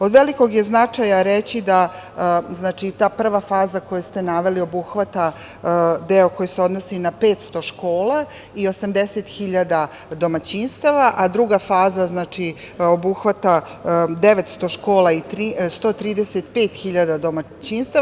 Od velikog je značaja reći da ta prva faza koju ste naveli obuhvata deo koji se odnosi na 500 škola i 80 hiljada domaćinstava, a druga faza obuhvata 900 škola i 135 hiljada domaćinstava.